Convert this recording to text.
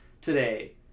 today